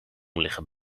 liggen